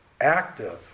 active